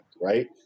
right